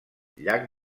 llac